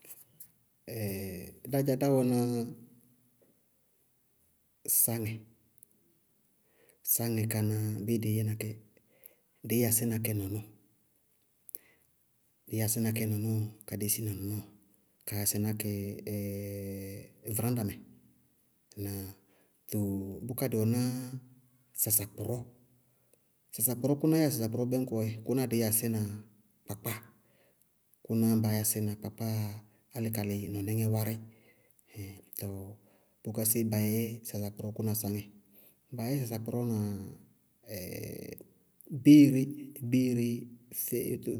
dá dzá, dá wɛná sáŋɛ, sáŋɛ kána béé dɩí yɛna kɛ? Dɩí yasí na kɛ nɔnɔɔ, dɩí yasí na kɛ nɔnɔɔ ka dési na nɔnɔɔ ka yasɩ ná kɛ vráñɖa mɛ. Ŋnáa? Too bʋká dɩ wɛná sasakpʋrɔ, sasakpʋrɔ kʋná yáa sasakpʋrɔ bɛñkɔɔ yɛ, kʋnáá dɩí yasí na kakpáa, kʋná baá yasína kakpáa álɩ kalɩ nɔníŋɛ wárí. Tɔɔ kʋká séé ba yɛ sasakpʋrɔ kʋ na sáŋɛ? bayɛ sasakpʋrɔ na béeré, béeré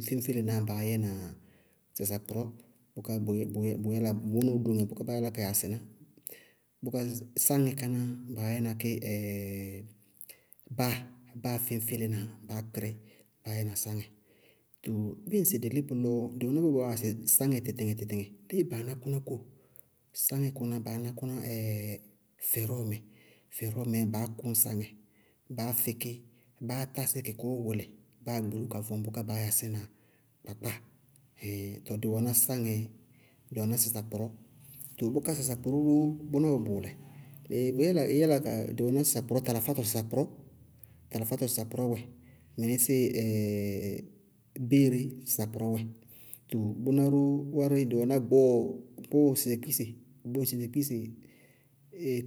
féñfélená baá yɛna sasakpʋrɔ bʋká bʋʋ yɛ-bʋʋ yɛ- bʋʋ yɛ bʋʋ lúna bʋká baá yála ka yasɩ ná. Bʋká sáŋɛ káná baá yɛna kɛ báa, báa féñfélená, baá kpɩrí báá yɛná sáŋɛ. Tɔɔ bíɩ ŋsɩ dɩ lí bʋlɔ, dɩí mí lɔɔwá sɩ sáŋɛ tɩɩtɩŋɛ tɩtɩŋɛ téé baná bʋná kóo? Sáŋɛ kóo? Sáŋɛ kʋná, baá ná kʋná fɛtɔmɛ. Fɛtɔmɛɛ baá kʋñ sáŋɛ, báá fɩ kí, báá tásí kɩ kʋʋ wʋlɩ báá gboló ka vɔŋ bʋká baá yasína kpakpáa. Hɩɩɩŋ tɔ dɩ wɛná sáŋɛ, dɩ wɛná sasakpʋrɔ. Tɔɔ bʋká sasakpʋrɔ ró bʋná ró wɛ bʋʋlɛ. bʋʋ yála ka ɩí yála dɩ wɛná sasakpʋrɔ talafátɔ sasakpʋrɔ, talafátɔ sasakpʋrɔ wɛ, mɩnísíɩ béeré sasakpʋrɔ wɛ, too bʋná ró wárí dɩ wɛná gbɔɔ sesekpise, gbɔɔ sesekpise,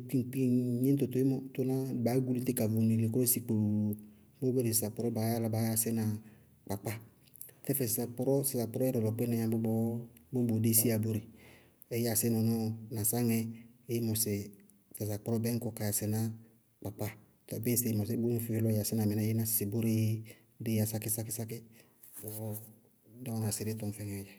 kpiŋkpiŋ gníñtɔ todzémɔ tʋná ró baá gúlu tí ka vɔŋ lelekʋrɔ sikpoo, bʋʋ bɩrɩsɩ sasakpʋrɔ, baá yála baá yasí na kpakpáa, tɛfɛ sasakpʋrɔ, sasakpʋrɔ yɛ lɔlɔ kpɩnɛ yá bʋbɔɔ bʋʋ desiyá bóre, ɩí yasí nɔnɔɔ na sáŋɛ, íí mɔsɩ sasakpʋrɔ bɛmɔɔ ka yasɩná kpakpáa. Tɔɔ bɩí sɩɩ mɔsɩ bíɩ fɩílɔ yasína mɩnɛ ɩí ná sɩ bóreé dééyá sákí-sákí-sákí-sákí fɔ dɩí wɛna sɩ reé tɔm fɩna ɩŋɛ.